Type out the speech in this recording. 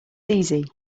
easy